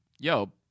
yo